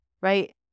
right